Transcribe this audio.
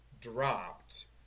dropped